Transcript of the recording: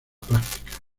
práctica